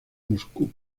moscú